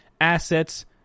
assets